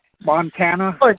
Montana